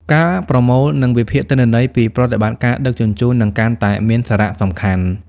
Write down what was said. ការប្រមូល និងវិភាគទិន្នន័យពីប្រតិបត្តិការដឹកជញ្ជូននឹងកាន់តែមានសារៈសំខាន់។